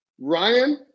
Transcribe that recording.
Ryan